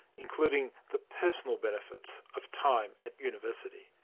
including the personal benefits of time at university.